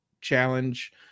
challenge